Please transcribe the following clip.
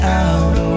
out